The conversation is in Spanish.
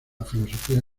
filosofía